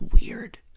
weird